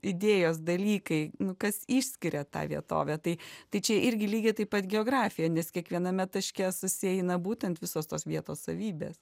idėjos dalykai nu kas išskiria tą vietovę tai tai čia irgi lygiai taip pat geografija nes kiekviename taške susieina būtent visos tos vietos savybės